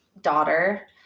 daughter